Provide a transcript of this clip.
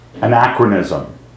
anachronism